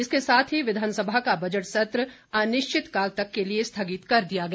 इसके साथ ही विधानसभा का बजट सत्र अनिश्चितकाल तक के लिए स्थगित कर दिया गया